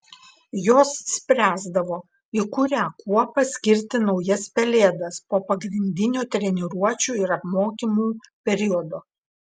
jos spręsdavo į kurią kuopą skirti naujas pelėdas po pagrindinio treniruočių ir apmokymų periodo